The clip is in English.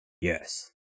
yes